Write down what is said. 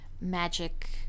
magic